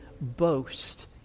boast